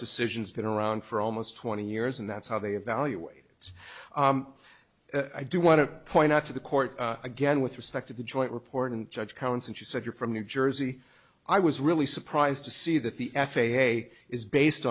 decision's been around for almost twenty years and that's how they evaluate it i do want to point out to the court again with respect to the joint report and judge counts and she said you're from new jersey i was really surprised to see that the f a a is based